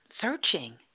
searching